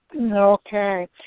okay